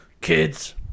Kids